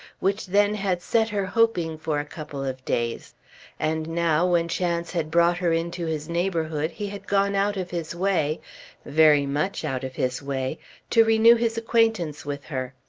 which then had set her hoping for a couple of days and now, when chance had brought her into his neighbourhood, he had gone out of his way very much out of his way to renew his acquaintance with her.